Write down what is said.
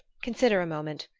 consider a moment.